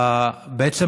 בעצם,